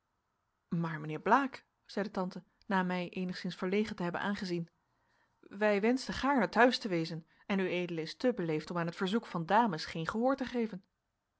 maar mijnheer blaek zeide tante na mij eenigszins verlegen te hebben aangezien wij wenschten gaarne te huis te wezen en ued is te beleefd om aan het verzoek van dames geen gehoor te geven